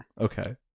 okay